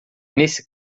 nesse